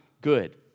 good